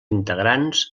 integrants